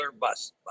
bus